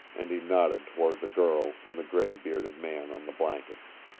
and he nodded toward the girl and the gray-bearded man on the blankets.